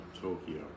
Tokyo